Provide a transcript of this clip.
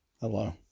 Hello